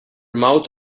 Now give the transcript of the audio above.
mouth